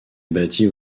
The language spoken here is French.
bâties